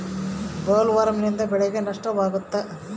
ಬೊಲ್ವರ್ಮ್ನಿಂದ ಬೆಳೆಗೆ ನಷ್ಟವಾಗುತ್ತ?